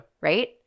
Right